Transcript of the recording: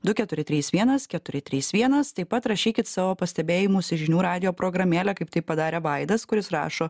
du keturi trys vienas keturi trys vienas taip pat rašykit savo pastebėjimus į žinių radijo programėlę kaip tai padarė vaidas kuris rašo